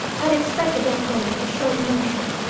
had expected anne bullard to show emotion,